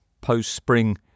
post-spring